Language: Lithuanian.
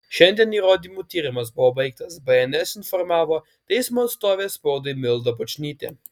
šiandien įrodymų tyrimas buvo baigtas bns informavo teismo atstovė spaudai milda bučnytė